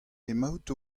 emaout